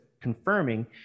confirming